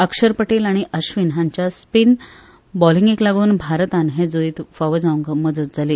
अक्षर पटेल आनी अश्वीन हांच्या स्पीन बॉलिंगेक लागून भारताक हें जैत फावो जावंक मजत जाली